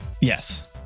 Yes